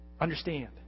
understand